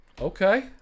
okay